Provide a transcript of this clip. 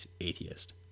atheist